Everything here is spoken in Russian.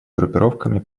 группировками